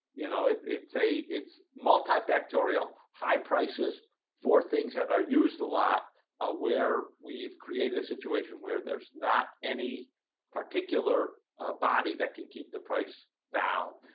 you know it's it's a it's multifactorial high prices for things that are used a lot ah where we've created a situation where there's not any particular body that can keep the price down.